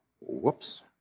Whoops